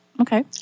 Okay